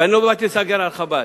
ואני לא באתי לסנגר על חב"ד,